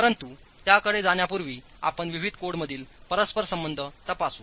परंतु त्याकडे जाण्यापूर्वी आपण विविध कोडमधील परस्परसंबंध तपासू